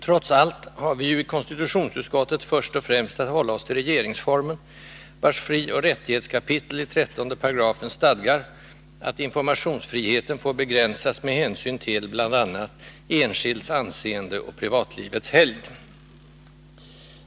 Trots allt har vi ju i konstitutionsutskottet först och främst att hålla oss till regeringsformen, vars frioch rättighetskapitel i 13 § stadgar att informationsfriheten får begränsas med hänsyn till — bl.a. — enskilds anseende och privatlivets helgd.